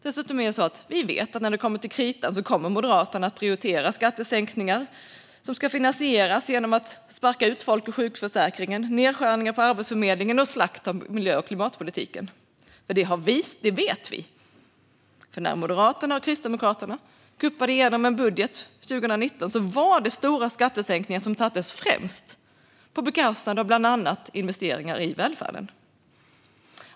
Dessutom vet vi att Moderaterna när det kommer till kritan kommer att prioritera skattesänkningar, som ska finansieras genom att sparka ut folk ur sjukförsäkringen och genom nedskärningar på Arbetsförmedlingen och slakt av miljö och klimatpolitiken. Det vet vi, för när Moderaterna och Kristdemokraterna kuppade igenom en budget 2019 var det stora skattesänkningar som sattes främst, på bekostnad av bland annat investeringar i välfärden.